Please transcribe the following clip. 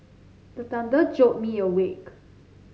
the thunder jolt me awake